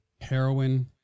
heroin